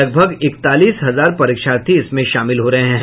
लगभग इकतालीस हजार परीक्षार्थी इसमें शामिल हो रहे हैं